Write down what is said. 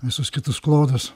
visus kitus klodus